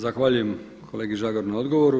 Zahvaljujem kolegi Žagaru na odgovoru.